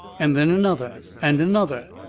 and then another and another.